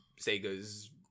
Sega's